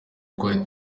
twari